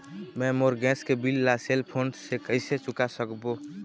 मैं मोर गैस के बिल ला सेल फोन से कइसे चुका सकबो?